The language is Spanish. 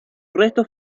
restos